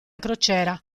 crociera